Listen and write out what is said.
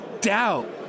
doubt